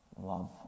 love